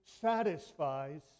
satisfies